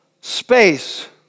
space